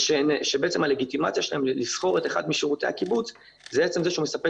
ושבעצם הלגיטימציה שלהם לשכור את אחד משירותי היא עצם זה שהוא מספק